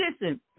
Listen